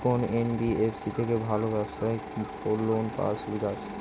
কোন এন.বি.এফ.সি থেকে ভালো ব্যবসায়িক লোন পাওয়ার সুবিধা আছে?